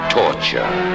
torture